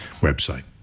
website